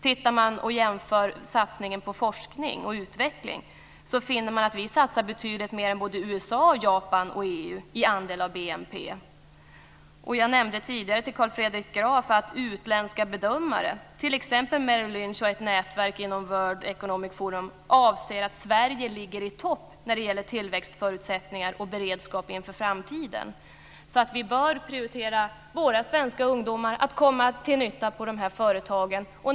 Vid en jämförelse av satsning på forskning och utveckling finner vi att vi satsar mer än USA, Japan och EU i andel av BNP. Jag nämnde tidigare till Carl Fredrik Graf att utländska bedömare, t.ex. Merrill Lynch och ett nätverk inom World Economic Forum, anser att Sverige ligger i topp när det gäller tillväxtförutsättningar och beredskap inför framtiden. Vi bör prioritera att våra svenska ungdomar kommer till nytta på dessa företag.